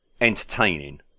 entertaining